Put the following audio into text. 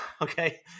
Okay